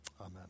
Amen